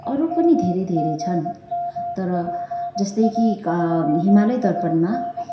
अरू पनि धेरै धेरै छन् तर जस्तै कि हिमालय दर्पणमा